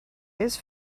his